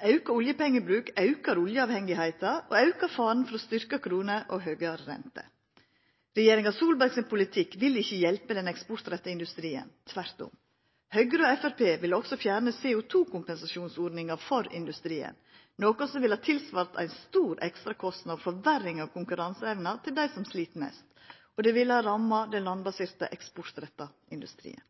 Auka oljepengebruk aukar oljeavhengigheita og faren for styrkt krone og høgare rente. Regjeringa Solberg sin politikk vil ikkje hjelpa den eksportretta industrien – tvert om. Høgre og Framstegspartiet vil òg fjerna CO2-kompensasjonsordninga for industrien, noko som ville ha ført til ein stor ekstrakostnad og ei forverring av konkurranseevna til dei som slit mest. Og det ville ha ramma den landbaserte eksportretta industrien.